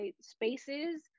spaces